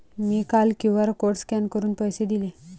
मी काल QR code scan करून पैसे दिले